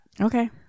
Okay